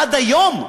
עד היום,